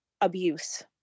abuse